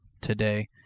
today